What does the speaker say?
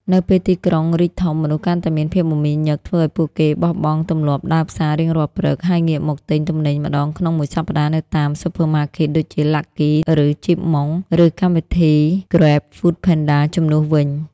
នៅពេលទីក្រុងរីកធំ មនុស្សកាន់តែមានភាពមមាញឹក ធ្វើឱ្យពួកគាត់បោះបង់ទម្លាប់ដើរផ្សាររៀងរាល់ព្រឹក ហើយងាកមកទិញទំនិញម្ដងក្នុងមួយសប្ដាហ៍នៅតាម Supermarkets (ដូចជា Lucky ឬ Chip Mong) ឬកម្មវិធី Grab/Foodpanda ជំនួសវិញ។